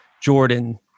jordan